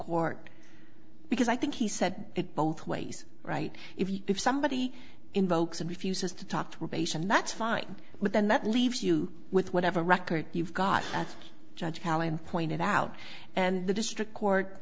court because i think he said it both ways right if you if somebody invokes and refuses to talk to probation that's fine but then that leaves you with whatever record you've got a judge helen pointed out and the district